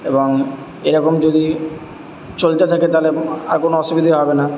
এবং এরকম যদি চলতে থাকে তাহলে আর কোনো অসুবিধাই হবে না